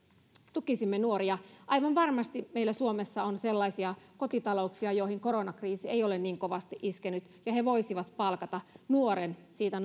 tukisimme nuoria aivan varmasti meillä suomessa on sellaisia kotitalouksia joihin koronakriisi ei ole niin kovasti iskenyt ja he voisivat palkata nuoren siitä